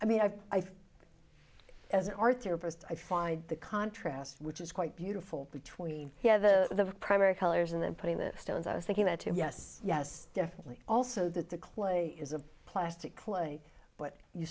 i mean i as an art therapist i find the contrast which is quite beautiful between yeah the primary colors and then putting the stones i was thinking that if yes yes definitely also that the clay is a plastic clay but you